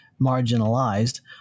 marginalized